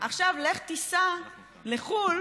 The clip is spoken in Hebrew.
עכשיו לך תיסע לחו"ל